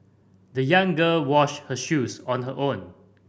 the young girl washed her shoes on her own